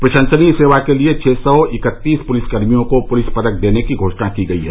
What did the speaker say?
प्रशंसनीय सेवा के लिए छः सौ इकत्तीस पुलिस कर्मियों को पुलिस पदक देने की घोषणा की गई है